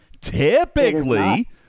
Typically